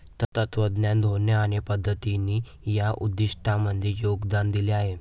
तत्त्वज्ञान, धोरणे आणि पद्धतींनी या उद्दिष्टांमध्ये योगदान दिले आहे